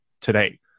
today